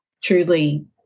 truly